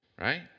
Right